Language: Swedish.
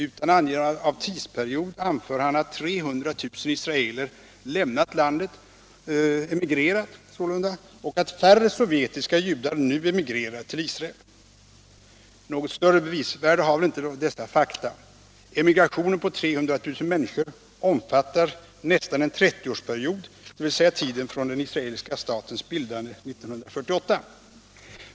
Utan angivande av tidsperiod anför han att 300 000 israeler lämnat landet och att färre sovjetiska judar nu emigrerar till Israel. Något större bevisvärde har väl dessa fakta inte. Emigrationen på 300 000 människor omfattar nästan en trettioårsperiod, dvs. tiden från den israeliska statens bildande år 1948.